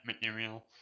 material